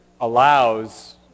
allows